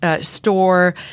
store